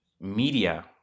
media